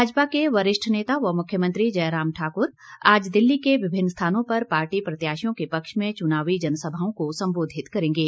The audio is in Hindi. भाजपा के वरिष्ठ नेता व मुख्यमंत्री जयराम ठाकुर आज दिल्ली के विभिन्न स्थानों पर पार्टी प्रत्याशियों के पक्ष में चुनावी जनसभाओं को संबोधित करेगे